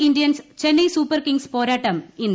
Indians Chennai Super Kings പോരാട്ടം ഇന്ന്